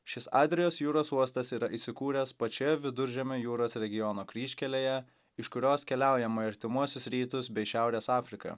šis adrijos jūros uostas yra įsikūręs pačioje viduržemio jūros regiono kryžkelėje iš kurios keliaujama į artimuosius rytus bei šiaurės afriką